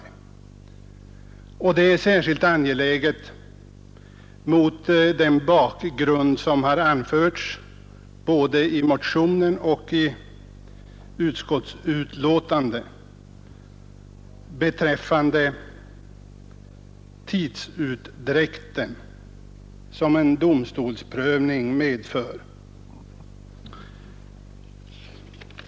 Anvisningen är särskilt angelägen mot bakgrunden av det som har anförts både i motionen och i utskottsbetänkandet beträffande den tidsutdräkt som en domstolsprövning medför.